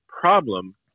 problem